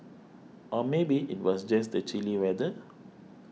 or maybe it was just the chilly weather